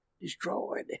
Destroyed